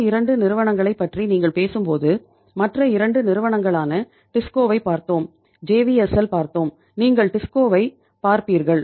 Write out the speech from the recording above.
மற்ற 2 நிறுவனங்களைப் பற்றி நீங்கள் பேசும்போது மற்ற 2 நிறுவனங்களான டிஸ்கோவைப் பார்ப்பீர்கள்